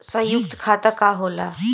सयुक्त खाता का होला?